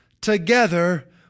together